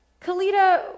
Kalita